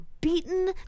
beaten